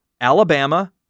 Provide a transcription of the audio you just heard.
Alabama